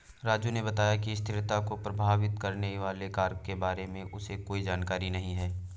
राजू ने बताया कि स्थिरता को प्रभावित करने वाले कारक के बारे में उसे कोई जानकारी नहीं है